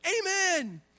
Amen